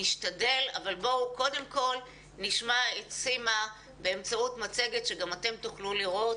נשתדל אבל בואו קודם כל נשמע את סימה באמצעות מצגת שגם אתם תוכלו לראות.